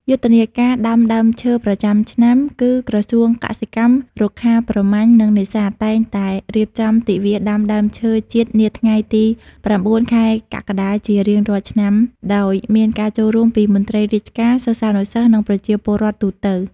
យុទ្ធនាការដាំដើមឈើប្រចាំឆ្នាំ គឹក្រសួងកសិកម្ម រុក្ខាប្រមាញ់ និងនេសាទ តែងតែរៀបចំទិវាដាំដើមឈើជាតិនាថ្ងៃទី៩ ខែកក្កដាជារៀងរាល់ឆ្នាំ ដោយមានការចូលរួមពីមន្ត្រីរាជការ សិស្សានុសិស្ស និងប្រជាពលរដ្ឋទូទៅ។